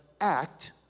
act